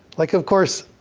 like, of course,